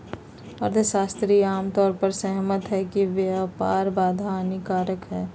अर्थशास्त्री आम तौर पर सहमत हइ कि व्यापार बाधा हानिकारक हइ